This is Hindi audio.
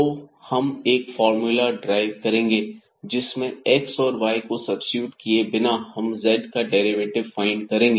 तो हम एक फार्मूला ड्राइव करेंगे जिसमें x और y को सब्सीट्यूट किए बिना हम z का डेरिवेटिव फाइंड करेंगे